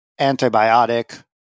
antibiotic